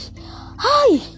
hi